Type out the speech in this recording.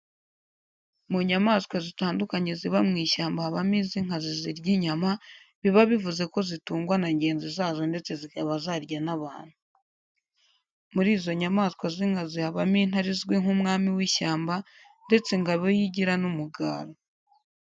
Mu nyamaswa zitandukanye ziba mu ishyamba habamo iz'inkazi zirya inyama biba bivuze ko zitungwa na ngenzi zazo ndetse zikaba zarya n'abantu. Muri izo nyamaswa z'inkazi habamo intare izwi nk'umwami w'ishyamba ndetse ingabo yo igira n'umugara.